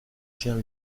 tient